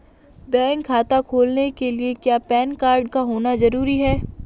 Bank खाता खोलने के लिए क्या पैन कार्ड का होना ज़रूरी है?